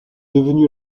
devenue